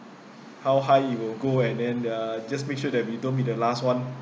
how high it will go and then uh just make sure that we don't be the last one